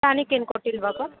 tonic ಏನೂ ಕೊಟ್ಟಿಲ್ವಾಪ್ಪ